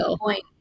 point